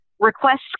request